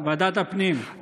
ועדת הפנים.